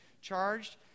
charged